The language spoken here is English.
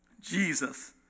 Jesus